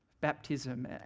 baptism